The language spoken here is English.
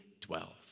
dwells